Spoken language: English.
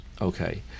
Okay